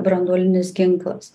branduolinis ginklas